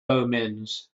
omens